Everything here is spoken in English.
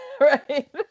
right